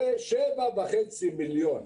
זה 7.5 מיליון.